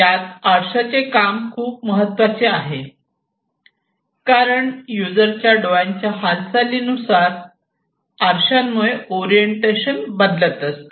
यात आरशाचे काम खूप महत्त्वाचे आहे कारण यूजरच्या डोळ्यांच्या हालचाली नुसार आरशांमुळे ओरिएंटेशन बदलत असते